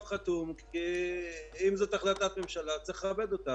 חתום אם זאת החלטת ממשלה צריך לכבד אותה